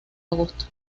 agosto